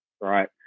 right